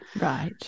Right